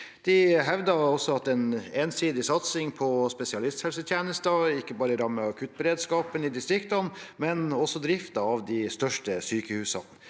De hevdet også at en ensidig satsing på spesialisthelsetjenester ikke bare rammer akuttberedskapen i distriktene, men også drifta av de største sykehusene.